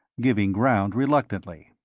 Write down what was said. giving ground reluctantly.